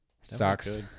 Sucks